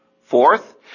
Fourth